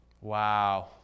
Wow